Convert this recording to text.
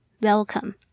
Welcome